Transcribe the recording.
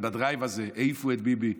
בדרייב הזה העיפו את ביבי,